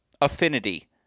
affinity